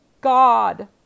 God